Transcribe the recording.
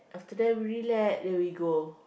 after that we relax then we go